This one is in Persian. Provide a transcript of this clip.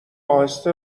اهسته